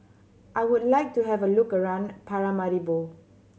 I would like to have a look around Paramaribo